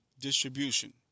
distribution